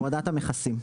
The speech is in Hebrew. הורדת המכסים,